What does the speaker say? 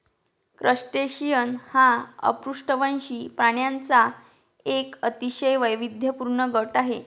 crustacean हा अपृष्ठवंशी प्राण्यांचा एक अतिशय वैविध्यपूर्ण गट आहे